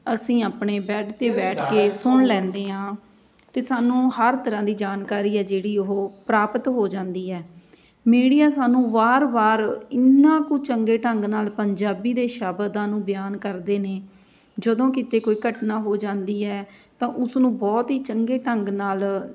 ਅਸੀਂ ਆਪਣੇ ਬੈੱਡ 'ਤੇ ਬੈਠ ਕੇ ਸੁਣ ਲੈਂਦੇ ਆਂ ਅਤੇ ਸਾਨੂੰ ਹਰ ਤਰ੍ਹਾਂ ਦੀ ਜਾਣਕਾਰੀ ਹੈ ਜਿਹੜੀ ਉਹ ਪ੍ਰਾਪਤ ਹੋ ਜਾਂਦੀ ਹੈ ਮੀਡੀਆ ਸਾਨੂੰ ਵਾਰ ਵਾਰ ਇੰਨਾ ਕੁ ਚੰਗੇ ਢੰਗ ਨਾਲ ਪੰਜਾਬੀ ਦੇ ਸ਼ਬਦਾਂ ਨੂੰ ਬਿਆਨ ਕਰਦੇ ਨੇ ਜਦੋਂ ਕਿਤੇ ਕੋਈ ਘਟਨਾ ਹੋ ਜਾਂਦੀ ਹੈ ਤਾਂ ਉਸਨੂੰ ਬਹੁਤ ਹੀ ਚੰਗੇ ਢੰਗ ਨਾਲ